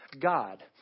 god